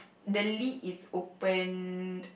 the lid is opened